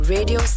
Radio